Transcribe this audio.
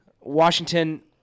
Washington